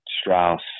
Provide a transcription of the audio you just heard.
Strauss